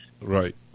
Right